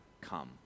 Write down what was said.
come